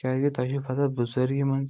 کیٛازِکہِ تۄہہِ چھُو پتاہ بُزرگی منٛز